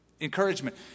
Encouragement